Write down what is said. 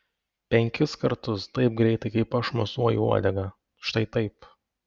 penkis kartus taip greitai kaip aš mosuoju uodega štai taip